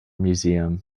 museum